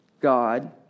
God